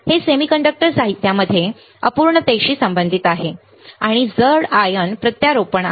हे सेमीकंडक्टर साहित्यामध्ये अपूर्णतेशी संबंधित आहे आणि जड आयन प्रत्यारोपण आहे